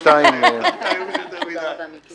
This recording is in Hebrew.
בעד הצעת ועדת הכנסת פה אחד נגד,